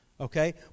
okay